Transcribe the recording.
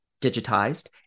digitized